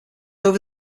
over